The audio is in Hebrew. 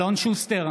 אלון שוסטר,